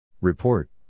Report